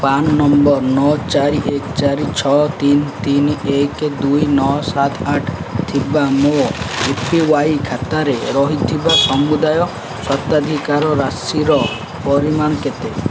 PRAN number ନଅ ଚାରି ଏକ ଚାରି ଛଅ ତିନି ତିନି ଏକ ଦୁଇ ନଅ ସାତ ଆଠ ଥିବା ମୋ ଏ ପି ୱାଇ ଖାତାରେ ରହିଥିବା ସମୁଦାୟ ସ୍ୱତ୍ୱାଧିକାର ରାଶିର ପରିମାଣ କେତେ